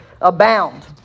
abound